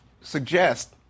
suggest